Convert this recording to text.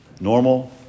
normal